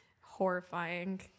Horrifying